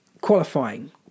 qualifying